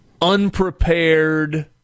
unprepared